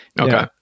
Okay